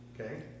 Okay